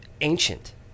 ancient